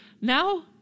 Now